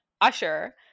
Usher